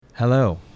Hello